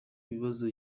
ikibazo